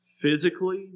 physically